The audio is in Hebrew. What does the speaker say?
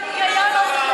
אולי חלק